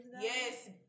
Yes